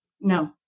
No